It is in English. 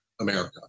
America